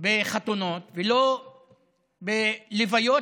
בחתונות ולא בלוויות,